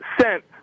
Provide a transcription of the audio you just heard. sent